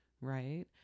right